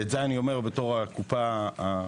את זה אני אומר בתוך הקופה הגדולה,